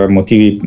motivi